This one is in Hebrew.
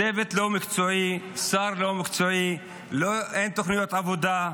צוות לא מקצועי, שר לא מקצועי, אין תוכניות עבודה.